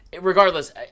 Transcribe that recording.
regardless